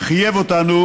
חייב אותנו